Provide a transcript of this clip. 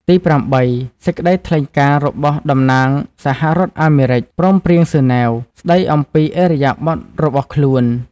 ទីប្រាំបី សេចក្តីថ្លែងការណ៍ របស់តំណាងសហរដ្ឋអាមេរិក ព្រមព្រៀងហ្សឺណែវ ស្តីអំពីឥរិយាបថរបស់ខ្លួន។